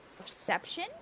Perception